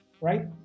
right